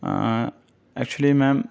actually ma'am